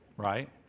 right